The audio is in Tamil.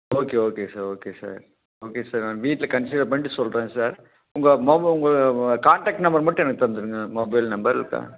okay okay sir okay sir okay sir நான் வீட்டில் கன்ஸிடர் பண்ணிட்டு சொல்கிறேன் சார் உங்க மொப் உங்க காண்டக்ட் நம்பர் மட்டும் எனக்கு தந்துடுங்க மொபைல் நம்பர் இருக்கா